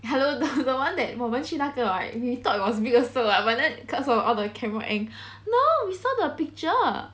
hello the the one that 我们去那个 we thought it was big also [what] but then cause of the camera angle no we saw the picture